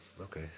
Okay